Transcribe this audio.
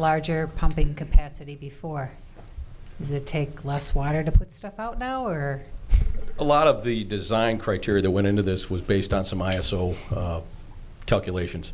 larger pumping capacity before they take less water to put stuff out now or a lot of the design criteria that went into this was based on some i also calculations